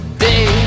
day